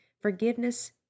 Forgiveness